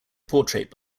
portrait